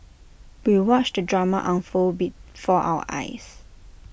we watched the drama unfold before our eyes